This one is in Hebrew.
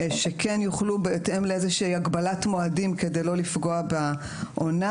שכן יוכלו בהתאם לאיזושהי הגבלת מועדים כדי לא לפגוע בעונה,